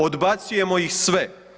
Odbacujemo iz sve.